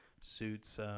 suits